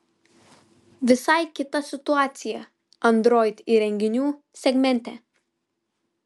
visai kita situacija android įrenginių segmente